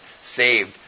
saved